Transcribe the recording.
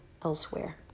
elsewhere